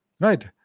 Right